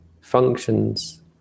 functions